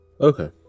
Okay